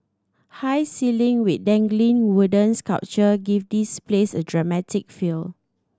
high ceiling with dangling woodens sculpture give this place a dramatic feel